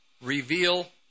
reveal